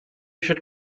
should